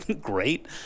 great